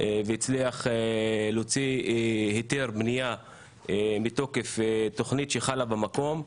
והצליח להוציא היתר בנייה מתוקף תוכנית שחלה במקום,